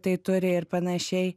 tai turi ir panašiai